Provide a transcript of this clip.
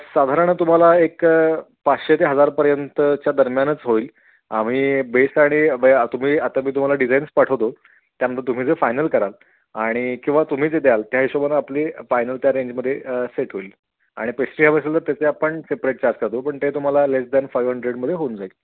साधारण तुम्हाला एक पाचशे ते हजारपर्यंतच्या दरम्यानच होईल आम्ही बेस आणि व तुम्ही आता मी तुम्हाला डिझाईन्स पाठवतो त्या मग तुम्ही जे फायनल कराल आणि किंवा तुम्ही जे द्याल त्या हिशोबाने आपली फयनल त्या रेंजमध्ये सेट होईल आणि पेस्ट्री हवे असेल तर त्याचे आपण सेप्रेट चार्ज करतो पण ते तुम्हाला लेस दॅन फायव हंड्रेडमध्ये होऊन जाईल